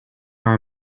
are